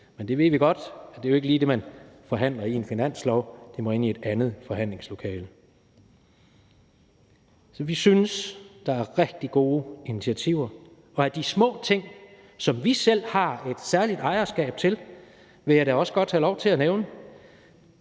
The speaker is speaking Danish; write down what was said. men vi ved godt, at det ikke lige er det, man forhandler i en finanslov. Det må ind i et andet forhandlingslokale. Så vi synes, der er rigtig gode initiativer, og af de små ting, som vi selv har et særligt ejerskab til, vil jeg da også godt have lov til at nævne